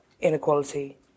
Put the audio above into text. inequality